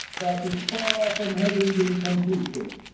but is far from having been completed.